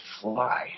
fly